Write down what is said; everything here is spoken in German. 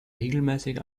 regelmäßig